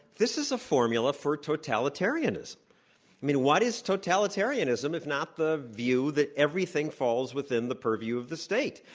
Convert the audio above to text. this is a formula for totalitarianism. i mean, why is totalitarianism if not the view that everything falls within the purview of the state?